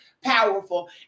powerful